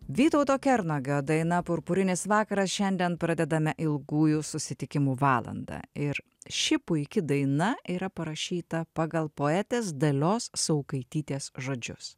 vytauto kernagio daina purpurinis vakaras šiandien pradedame ilgųjų susitikimų valandą ir ši puiki daina yra parašyta pagal poetės dalios saukaitytės žodžius